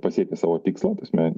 pasiekė savo tikslą ta prasme